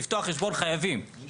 לפתוח חשבון חייבים.